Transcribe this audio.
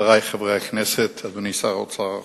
חברי חברי הכנסת, אדוני שר האוצר,